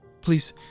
please